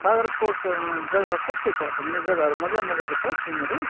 बाग्राकोट जग्गा कस्तो छ घुम्ने जग्गाहरू मजा मजाको छ सिनहरू